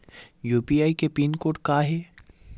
UPI के pin code का हे?